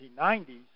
1990s